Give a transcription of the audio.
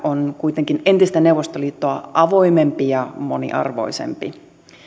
on kuitenkin entistä neuvostoliittoa avoimempi ja moniarvoisempi